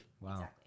Wow